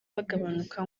bagabanuka